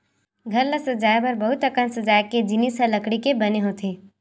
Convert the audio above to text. घर ल सजाए बर बहुत अकन सजाए के जिनिस ह लकड़ी के बने होथे